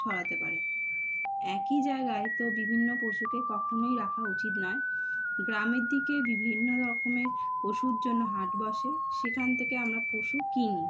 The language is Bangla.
ছড়াতে পারে একই জায়গায় তো বিভিন্ন পশুকে কখনোই রাখা উচিত নয় গ্রামের দিকে বিভিন্ন রকমের পশুর জন্য হাট বসে সেখান থেকে আমরা পশু কিনি